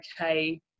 okay